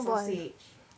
sausage